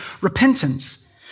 repentance